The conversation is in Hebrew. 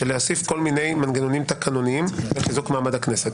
הוספת כל מיני מנגנונים תקנוניים לחיזוק מעמד הכנסת.